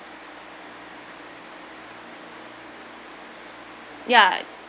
ya